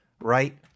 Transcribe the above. right